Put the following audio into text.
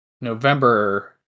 November